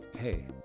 hey